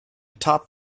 top